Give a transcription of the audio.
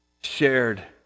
shared